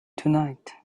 tonight